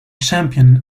champion